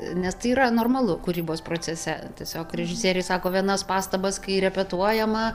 nes tai yra normalu kūrybos procese tiesiog režisieriai sako vienas pastabas kai repetuojama